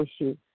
issues